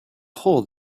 hole